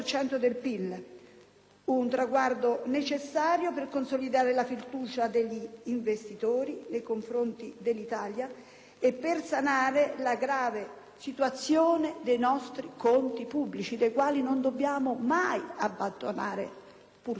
Un traguardo necessario per consolidare la fiducia degli investitori nei confronti dell'Italia e per sanare la grave situazione dei nostri conti pubblici, dei quali non dobbiamo mai dimenticare l'importanza.